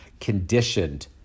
conditioned